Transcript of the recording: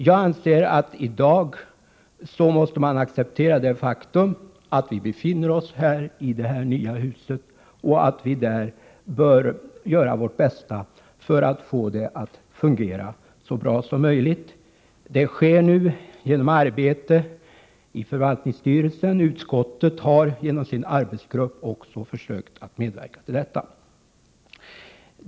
Jag anser att i dag måste man acceptera det faktum att vi befinner oss i det nygamla huset och att vi här bör göra vårt bästa för att få det att fungera så bra som möjligt. Det sker nu genom arbete i förvaltningsstyrelsen. Utskottet har genom sin arbetsgrupp också försökt att medverka till detta.